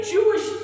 Jewish